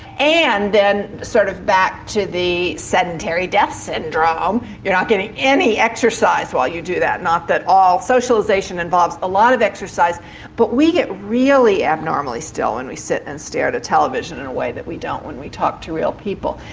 and then sort of back to the sedentary death syndrome you're not getting any exercise while you're doing that not that all socialisation involves a lot of exercise but we get really abnormally still when we sit and stare at a television in a way that we don't when we talk to real people.